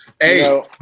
hey